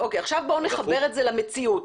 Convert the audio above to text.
עכשיו בואו נחבר את זה למציאות.